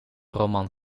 roman